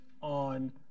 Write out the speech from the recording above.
on